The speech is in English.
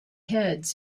heads